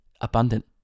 abundant